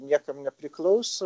niekam nepriklauso